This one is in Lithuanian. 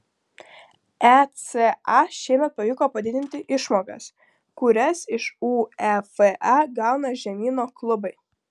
eca šiemet pavyko padidinti išmokas kurias iš uefa gauna žemyno klubai